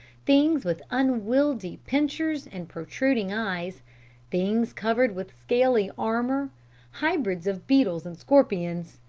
things with unwieldy pincers and protruding eyes things covered with scaly armour hybrids of beetles and scorpions.